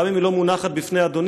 גם אם היא לא מונחת בפני אדוני?